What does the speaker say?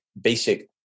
basic